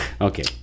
Okay